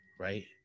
Right